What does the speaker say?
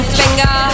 finger